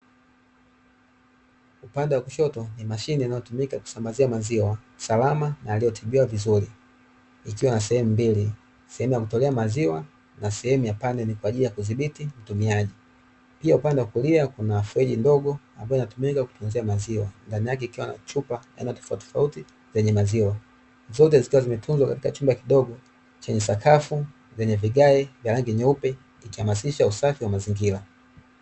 Upande wa kushoto ni mashine inayotumika kusambazia maziwa salama na yaliyotibiwa vizuri ikwa na sehemu mbili sehemu ya kutolea maziwa na sehemu ya paneli kwa ajili ya kudhibiti utumiaji, pia upande wa kulia kuna friji ndogo ambayo inatumika kutunzia maziwa ndani yake ikiwa na chupa aina tofautitofauti zenye maziwa zote zikiwa zimetunzwa katika chumba kidogo chenye sakafu zenye vigae vya rangi nyeupe zikihamasisha usafi wa mazingira.